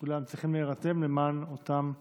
כולם צריכים להירתם למען אותם חיילים.